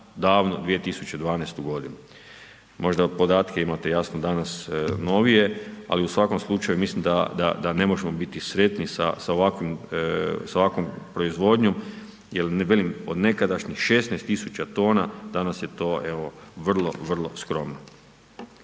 davnu 2012. godinu. Možda podatke imate jasno danas novije ali u svakom slučaju mislim da ne možemo biti sretni sa ovakvom proizvodnjom jer velim od nekadašnjih 16 tisuća tona danas je to evo vrlo, vrlo skromno.